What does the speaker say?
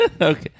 Okay